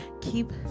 keep